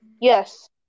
Yes